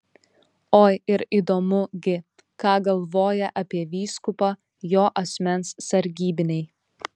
oi ir įdomu gi ką galvoja apie vyskupą jo asmens sargybiniai